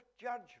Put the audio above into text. judgment